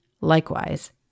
likewise